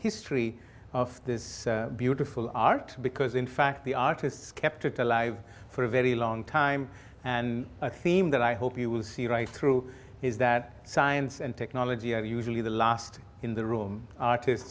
history of this beautiful art because in fact the artists kept it alive for a very long time and a theme that i hope you will see right through is that science and technology are usually the last in the room artists